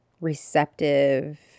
receptive